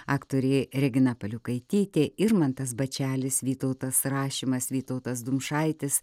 aktorė regina paliukaitytė irmantas bačelis vytautas rašimas vytautas dumšaitis